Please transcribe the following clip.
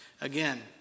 Again